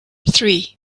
three